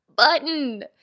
button